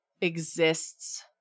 exists